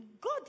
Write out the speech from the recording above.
God